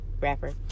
rapper